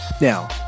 Now